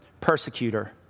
persecutor